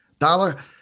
Dollar